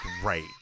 great